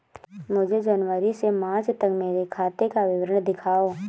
मुझे जनवरी से मार्च तक मेरे खाते का विवरण दिखाओ?